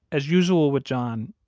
as usual with john,